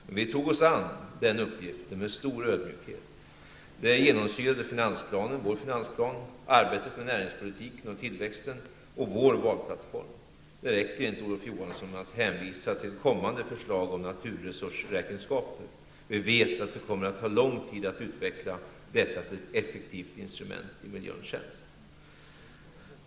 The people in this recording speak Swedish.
Men vi tog oss an den uppgiften med stor ödmjukhet. Det genomsyrade vår finansplan, arbetet med näringspolitiken och tillväxten och vår valplattform. Det räcker inte, Olof Johansson, att hänvisa till kommande förslag om naturresursräkenskaper. Vi vet att det kommer att ta lång tid att utveckla detta till ett effektivt instrument i miljöns tjänst.